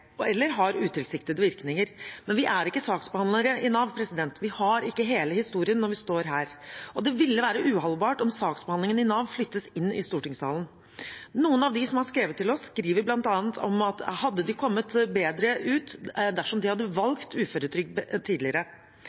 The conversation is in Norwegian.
eller har utilsiktede virkninger. Men vi er ikke saksbehandlere i Nav. Vi har ikke hele historien når vi står her, og det ville være uholdbart om saksbehandlingen i Nav flyttes inn i stortingssalen. Noen av dem som har skrevet til oss, skriver bl.a. at de hadde kommet bedre ut dersom de hadde valgt uføretrygd tidligere.